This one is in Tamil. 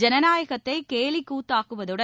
ஜனநாயகத்தை கேலிக் கூத்தாக்குவதுடன்